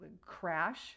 crash